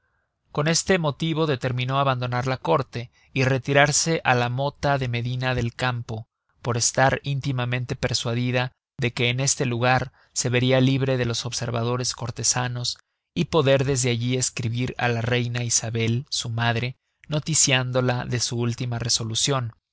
con este motivo determinó abandonar la córte y retirarse á la mota de medina del campo por estar íntimamente persuadida de que en este lugar se veria libre de los observadores cortesanos y poder desde alli escribir á la reina isabel su madre noticiándola de su última resolucion